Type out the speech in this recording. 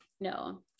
no